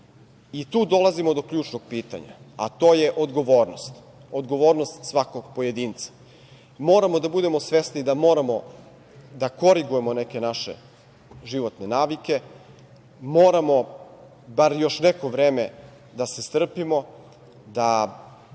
dolazimo do ključnog pitanja, a to je odgovornost, odgovornost svakog pojedinca. Moramo da budemo svesni da moramo da korigujemo neke naše životne navike, moramo bar još neko vreme da se strpimo, da